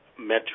Metro